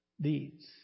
deeds